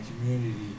community